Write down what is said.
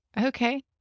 Okay